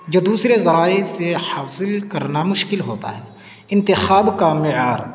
جو دوسرے ذرائع سے حاصل کرنا مشکل ہوتا ہے انتخاب کا معیار